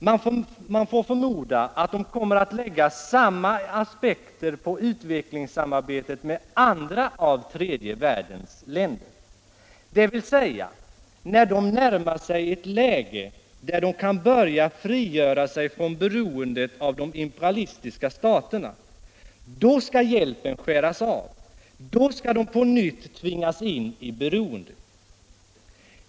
Man får förmoda att de kommer att lägga samma aspekter på utvecklingssamarbetet med andra av tredje världens länder, dvs. när dessa länder närmar sig ett läge där de kan börja frigöra sig från beroendet av de imperialistiska staterna — då skall hjälpen skäras av, då skall de på nytt tvingas in i beroende.